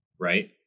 right